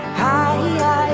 high